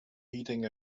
heating